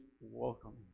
welcoming